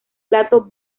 plato